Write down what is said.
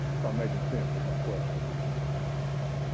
if i'm making sense with my question you are.